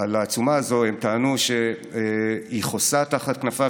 על העצומה הזאת טענו שהיא חוסה תחת כנפיו